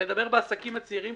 ולטפל בעסקים הצעירים,